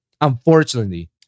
unfortunately